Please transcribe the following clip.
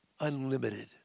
unlimited